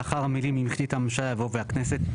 לאחר המילים 'אם החליטה הממשלה' יבוא 'והכנסת'.